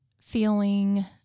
feeling